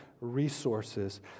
resources